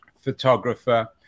photographer